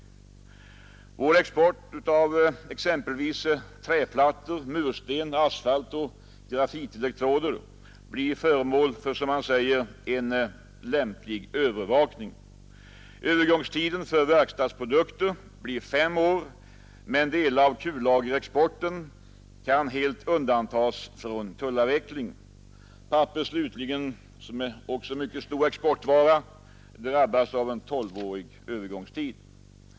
Vår export av exempelvis träplattor, mursten, asfalt och grafitelektroder blir föremål för som man säger en lämplig övervakning. Övergångstiden för verkstadsprodukter blir fem år, men delar av kullagerexporten skall helt undantas från tullavvecklingen. Papper slutligen som också är en mycket stor exportvara drabbas av en tolvårig övergångstid.